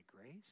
grace